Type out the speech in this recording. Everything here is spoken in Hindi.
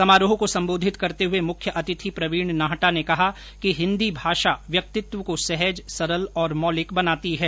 समारोह को संबोधित करते हुए मुख्य अतिथि प्रवीण नाहटा ने कहा कि हिन्दी भाषा व्यक्तित्व को सहज सरल और मौलिक बनाती है